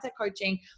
coaching